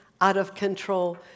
out-of-control